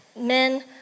men